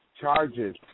charges